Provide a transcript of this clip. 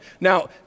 Now